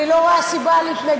אני לא רואה סיבה להתנגד.